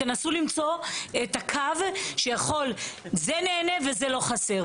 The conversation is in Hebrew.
תנסו למצוא את הקו שיכול, זה נהנה וזה לא חסר.